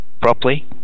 properly